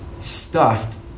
stuffed